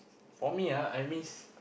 for me ah I miss